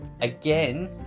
again